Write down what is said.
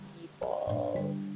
people